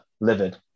Livid